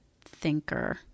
thinker